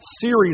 series